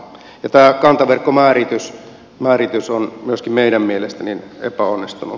tämä kantaverkkomääritys on myöskin meidän mielestämme epäonnistunut